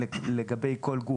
לגבי כל גוף,